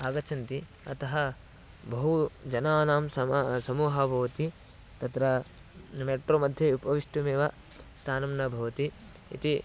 आगच्छन्ति अतः बहुजनानां समा समूहः भवति तत्र मेट्रोमध्ये उपवेष्टुमेव स्थानं न भवति इति